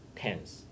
tense